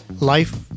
life